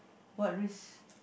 what risk